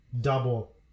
double